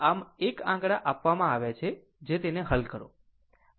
આમ એક આંકડા આપવામાં આવે છે જે તેને હલ કરો